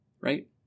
Right